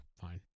Fine